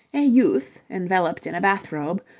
a youth enveloped in a bath-robe,